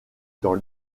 dans